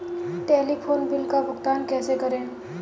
Telephone bill का भुगतान कैसे करें?